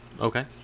Okay